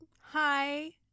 hi